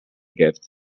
gift